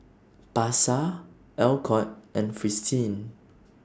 Pasar Alcott and Fristine